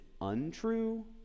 untrue